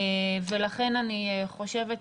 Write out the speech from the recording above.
לכן אני חושבת,